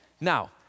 Now